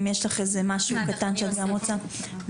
אם יש לך איזה משהו קטן שאת גם רוצה להוסיף.